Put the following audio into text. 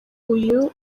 uyu